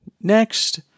Next